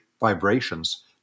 vibrations